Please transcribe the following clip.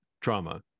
trauma